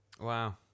Wow